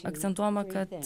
akcentuojama kad